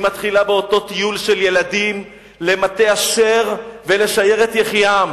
היא מתחילה באותו טיול של ילדים למטה-אשר ול"שיירת יחיעם",